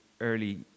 early